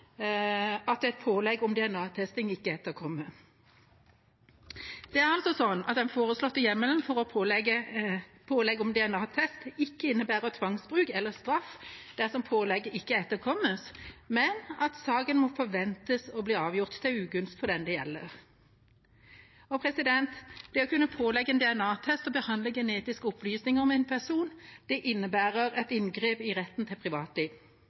at et pålegg om DNA-test ikke etterkommes. Det er altså sånn at den foreslåtte hjemmelen for pålegg om DNA-test ikke innebærer tvangsbruk eller straff, dersom pålegget ikke etterkommes, men at saken må forventes å bli avgjort til ugunst for dem det gjelder. Det å kunne pålegge en DNA-test og behandle genetiske opplysninger om en person, innebærer et inngrep i retten til